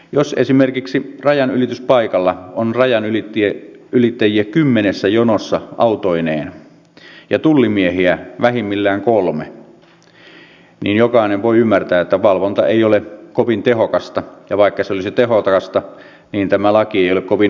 jos esimerkiksi rajanylityspaikalla on rajanylittäjiä kymmenessä jonossa autoineen ja tullimiehiä vähimmillään kolme niin jokainen voi ymmärtää että valvonta ei ole kovin tehokasta ja vaikka se olisi tehokasta niin tämä laki ei ole kovin uskottava